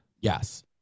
Yes